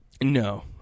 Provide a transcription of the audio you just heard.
No